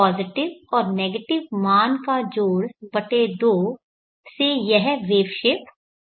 positive और negative मान का जोड़ बटे 2 से यह वेवशेप होगी